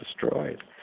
destroyed